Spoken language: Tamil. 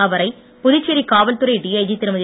அவரை புதுச்சேரி காவல்துறை டிஐஜி திருமதி